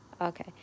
Okay